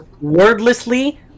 wordlessly